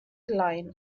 line